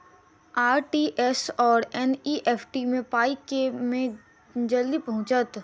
RTGS आओर NEFT मे पाई केँ मे जल्दी पहुँचत?